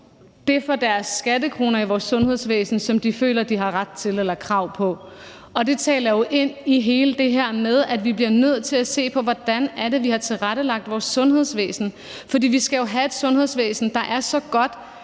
det for deres skattekroner i vores sundhedsvæsen, som de føler de har ret til eller krav på. Og det taler jo ind i hele det her med, at vi bliver nødt til at se på, hvordan det er, vi har tilrettelagt vores sundhedsvæsen, for vi skal jo have et sundhedsvæsen, der er så godt,